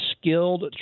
skilled